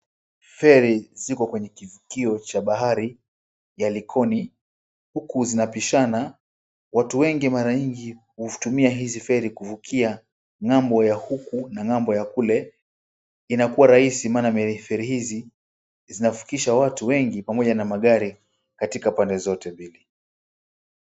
Feri ziko kwenye kivukio cha bahari ya Likoni huku zinapishana. Watu wengi mara nyingi hutumia hizi feri kuvukia ng'ambo ya huku na ng'ambo ya kule. Inakuwa rahisi maana feri hizi zinavukisha watu wengi pamoja na magari katika pande zote mbili.